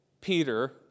Peter